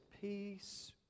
Peace